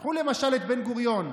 קחו, למשל, את בן-גוריון: